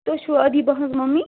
تُہۍ چھُ اَدیٖبا ہٕنٛز مٔمی